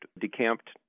decamped